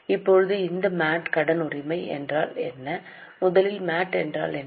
இப்போது இந்த MAT கடன் உரிமை என்ன முதலில் MAT என்றால் என்ன